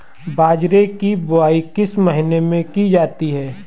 बाजरे की बुवाई किस महीने में की जाती है?